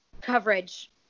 coverage